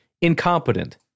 incompetent